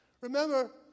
Remember